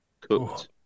cooked